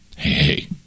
Hey